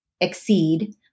exceed